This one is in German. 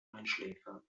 einschläfern